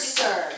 sir